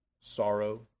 sorrow